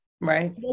right